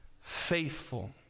faithful